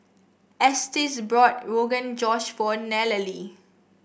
Estes brought Rogan Josh for Nallely